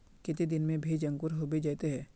केते दिन में भेज अंकूर होबे जयते है?